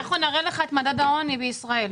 אז אנחנו נראה לך את מדד העוני בישראל.